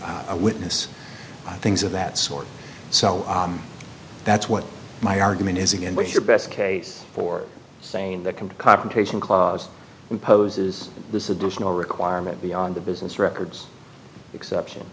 witness things of that sort so that's what my argument is again with your best case for saying that come to confrontation clause imposes this additional requirement beyond the business records exception